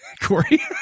Corey